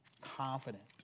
confident